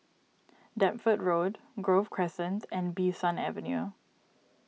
Deptford Road Grove Crescent and Bee San Avenue